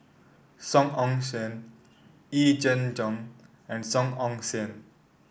Song Ong Siang Yee Jenn Jong and Song Ong Siang